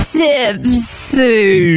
tipsy